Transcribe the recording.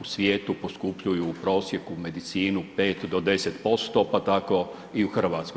u svijetu poskupljuju u prosjeku medicinu 5 do 10% pa tako i u Hrvatskoj.